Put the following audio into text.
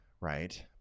right